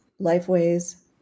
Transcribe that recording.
lifeways